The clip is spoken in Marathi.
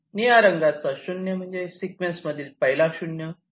निळ्या रंगाचा 0 म्हणजे मध्ये सिक्वेन्स मधील पहिला 0